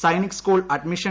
Sainik school admission